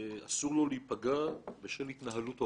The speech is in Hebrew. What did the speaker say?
אסור לו להיפגע בשל התנהלות הוריו.